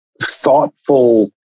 thoughtful